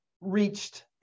reached